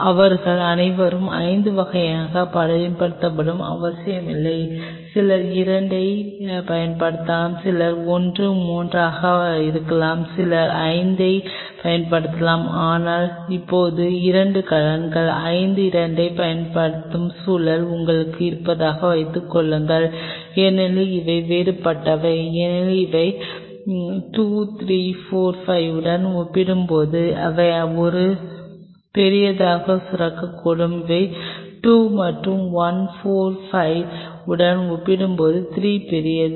அவர்கள் அனைவரும் 5 வகைகளையும் பயன்படுத்துவது அவசியமில்லை சிலர் 2 ஐப் பயன்படுத்தலாம் சிலர் 1 3 ஆக இருக்கலாம் சிலர் 5 ஐப் பயன்படுத்தலாம் ஆனால் இப்போது 2 கலங்கள் 5 2 ஐப் பயன்படுத்தும் சூழ்நிலை உங்களுக்கு இருப்பதாக வைத்துக்கொள்வோம் ஏனெனில் அவை வேறுபடுகின்றன ஏனெனில் அவை 2 3 4 5 உடன் ஒப்பிடும்போது அவை ஒரு பெரியதை சுரக்கக்கூடும் அவை 2 மற்றும் 1 4 5 உடன் ஒப்பிடும்போது 3 பெரியது